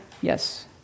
Yes